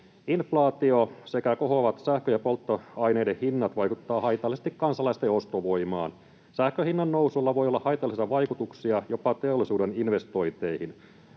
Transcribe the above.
Inflaatio sekä kohoavat sähkö- ja polttoaineiden hinnat vaikuttavat haitallisesti kansalaisten ostovoimaan. Sähkön hinnannousulla voi olla haitallisia vaikutuksia jopa teollisuuden investointeihin,